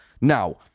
Now